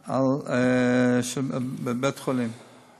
ועדת-על בבית-חולים אחר.